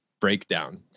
breakdown